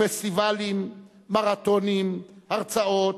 פסטיבלים, מרתונים, הרצאות,